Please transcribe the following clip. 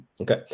Okay